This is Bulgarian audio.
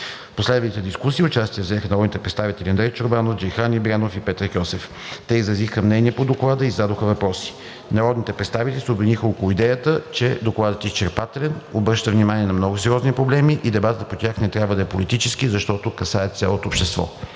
В последвалата дискусия участие взеха народните представители Андрей Чорбанов, Джейхан Ибрямов и Петър Кьосев. Те изразиха мнения по Доклада и зададоха въпроси. Народните представители се обединиха около идеята, че Докладът е изчерпателен, обръща внимание на много сериозни проблеми и дебатът по тях не трябва да е политически, защото касаят цялото общество.